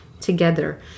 Together